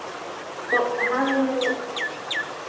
तो हम